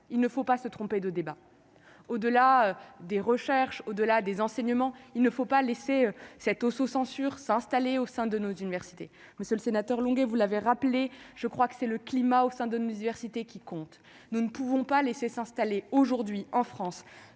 il ne faut pas se tromper de débat au-delà des recherches au-delà des enseignements, il ne faut pas laisser cette hausse censure s'installer au sein de nos universités, monsieur le sénateur Longuet, vous l'avez rappelé, je crois que c'est le climat au sein de muse diversité qui compte, nous ne pouvons pas laisser s'installer aujourd'hui en France,